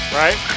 right